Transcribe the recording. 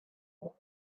with